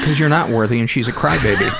you're not worthy, and she's a crybaby.